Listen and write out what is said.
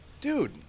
Dude